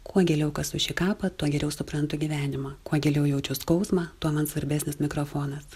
kuo giliau kasu šį kapą tuo geriau suprantu gyvenimą kuo giliau jaučiu skausmą tuo man svarbesnis mikrofonas